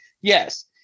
Yes